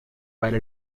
para